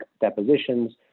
depositions